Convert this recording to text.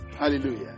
Hallelujah